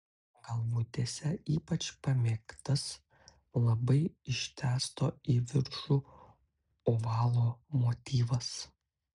galvutėse ypač pamėgtas labai ištęsto į viršų ovalo motyvas